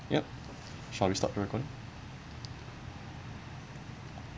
yup shall we start the recording